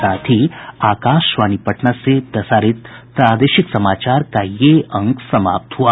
इसके साथ ही आकाशवाणी पटना से प्रसारित प्रादेशिक समाचार का ये अंक समाप्त हुआ